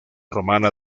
romana